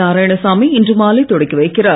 நாராயணசாமி இன்று மாலை தொடக்கி வைக்கிறார்